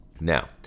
Now